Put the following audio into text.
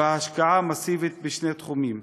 בהשקעה מסיבית בשני תחומים: